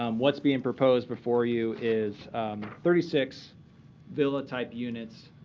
um what's being proposed before you is thirty six villa type units,